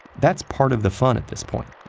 that's part of the fun at this point.